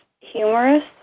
humorous